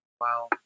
Wow